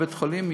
לבית-החולים,